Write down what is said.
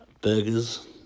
Burgers